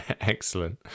excellent